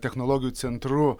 technologijų centru